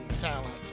talent